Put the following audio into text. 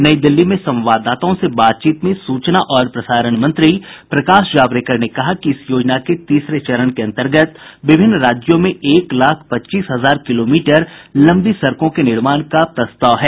नई दिल्ली में संवाददाताओं से बातचीत में सूचना और प्रसारण मंत्री प्रकाश जावड़ेकर ने कहा कि इस योजना के तीसरे चरण के अंतर्गत विभिन्न राज्यों में एक लाख पच्चीस हजार किलोमीटर लम्बी सड़कों के निर्माण का प्रस्ताव है